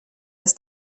dass